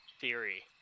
theory